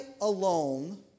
alone